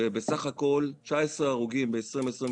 סך הכל: 19 הרוגים ב-2023,